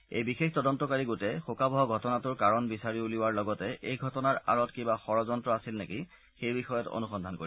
এই বিশেষ তদন্তকাৰী গোটে শোকাৱহ ঘটনাটোৰ কাৰণ বিচাৰি উলিওৱাৰ লগতে এই ঘটনাৰ আঁৰত কিবা ষড়যন্ত্ৰ আছিল নেকি সেই বিষয়ত অনুসন্ধান কৰিব